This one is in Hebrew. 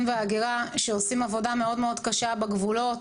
וההגירה שעושים עבודה מאוד מאוד קשה בגבולות,